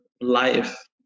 life